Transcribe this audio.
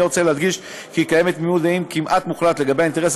אני רוצה להדגיש כי קיימת תמימות דעים כמעט מוחלטת לגבי האינטרס